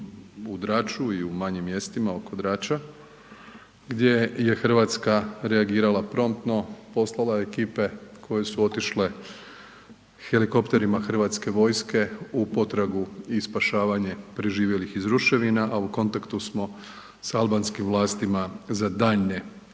u Draču i u manjim mjestima oko Drača gdje je Hrvatska reagirala promptno, poslala ekipe koje su otišle helikopterima HV-a u potragu i spašavanje preživjelih iz ruševina a u kontaktu smo sa albanskim vlastima za daljnje